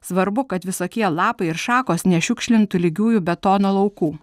svarbu kad visokie lapai ir šakos nešiukšlintų lygiųjų betono laukų